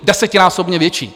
Desetinásobně větší!